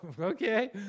okay